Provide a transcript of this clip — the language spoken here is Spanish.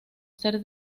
ser